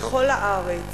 בכל הארץ.